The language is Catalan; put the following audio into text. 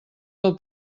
del